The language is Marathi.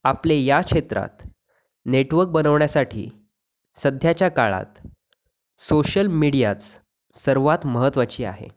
आपल्या या क्षेत्रात नेटवर्क बनवण्यासाठी सध्याच्या काळात सोशल मीडियाच सर्वांत महत्त्वाची आहे